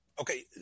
Okay